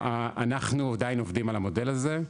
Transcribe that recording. אנחנו עדיין עובדים על המודל הזה,